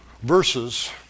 verses